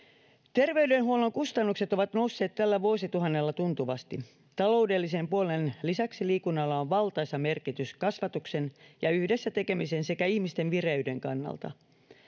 terveydenhuollon kustannukset ovat nousseet tällä vuosituhannella tuntuvasti taloudellisen puolen lisäksi liikunnalla on valtaisa merkitys kasvatuksen ja yhdessä tekemisen sekä ihmisten vireyden kannalta